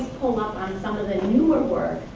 hold up on some of the newer work